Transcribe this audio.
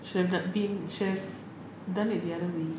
should have that been should've done it the other way